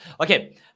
Okay